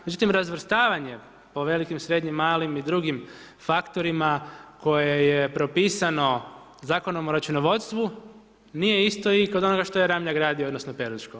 Međutim, razvrstavanjem po velikim, srednjim, malim i drugim faktorima koje je propisano Zakonom o računovodstvu nije isto i kod onoga što je Ramljak gradio odnosno Peruško.